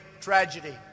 tragedy